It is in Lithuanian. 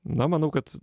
na manau kad